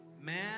Man